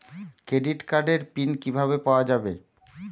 Credit কার্ডের PIN কিভাবে পাওয়া যাবে?